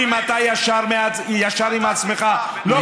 ואם אתה ישר עם עצמך, בדק את מה?